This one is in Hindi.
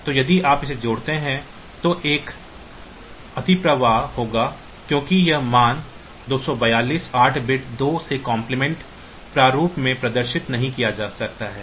तो यदि आप इसे जोड़ते हैं तो एक अतिप्रवाह होगा क्योंकि यह मान 242 8 बिट 2 के कॉम्प्लीमेंट प्रारूप में प्रदर्शित नहीं किया जा सकता है